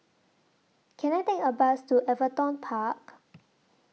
Can I Take A Bus to Everton Park